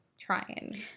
trying